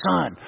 Son